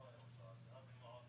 או סיכול כזה או אחר.